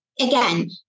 Again